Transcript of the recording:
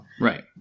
Right